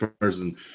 person